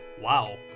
Wow